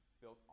built